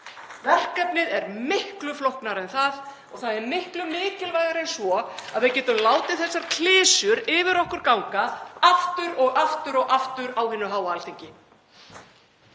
Verkefnið er miklu flóknara en það og það er miklu mikilvægara en svo að við getum látið þessar klisjur yfir okkur ganga aftur og aftur á hinu háa Alþingi.